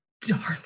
darling